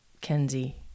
Kenzie